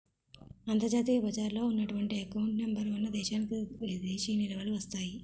అంతర్జాతీయ బజారులో ఉన్నటువంటి ఎకౌంట్ నెంబర్ వలన దేశానికి విదేశీ నిలువలు వస్తాయి